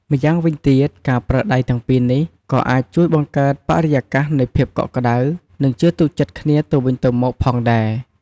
ម្យ៉ាងវិញទៀត ការប្រើដៃទាំងពីរនេះ ក៏អាចជួយបង្កើតបរិយាកាសនៃភាពកក់ក្តៅ និងជឿទុកចិត្តគ្នាទៅវិញទៅមកផងដែរ។